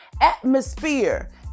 atmosphere